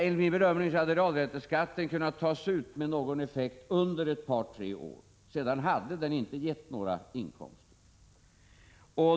Enligt min bedömning hade realränteskatten kunnat tas ut med någon effekt under ett par tre år; men sedan hade den inte gett några inkomster.